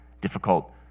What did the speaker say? difficult